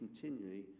continually